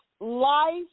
life